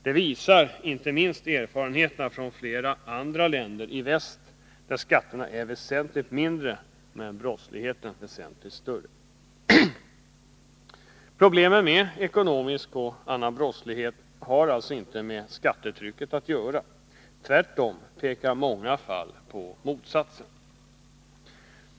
Det visar inte minst erfarenheterna från flera andra länder i väst, där skatterna är väsentligt mindre men brottsligheten väsentligt större. Problemen med ekonomisk och annan brottslighet har alltså inte med skattetryck att göra. Tvärtom pekar många fall på motsatsen.